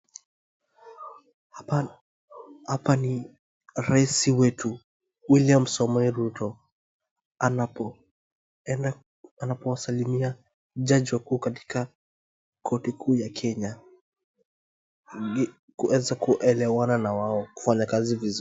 Hapa ni rais wetu William Samoei Ruto anapo anapo wasalimia jaji mkuu katika koti kuu ya Kenya. kuweza kuelewana na wao kufanya kazi vizuri.